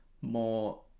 more